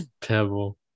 Pebble